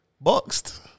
Boxed